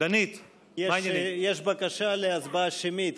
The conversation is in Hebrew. יש בקשה להצבעה שמית,